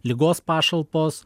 ligos pašalpos